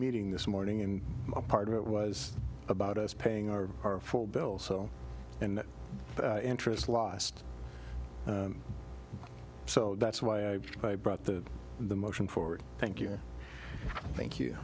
meeting this morning and a part of it was about us paying our our full bill so in the interest lost so that's why i brought the the motion forward thank you thank you